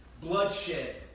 bloodshed